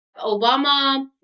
Obama